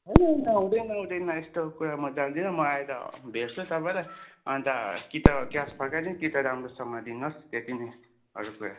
होइन होइन हुँदैन हुँदैन यस्तो कुरा म जान्दिनँ म आएर भेट्छु तपाईँलाई अन्त कि त क्यास फर्काइदिनु कि त राम्रो सामान दिनुहोस् त्यति नै अरू कुरा